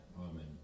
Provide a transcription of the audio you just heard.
Amen